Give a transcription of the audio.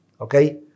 Okay